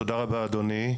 תודה רבה אדוני.